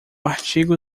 artigo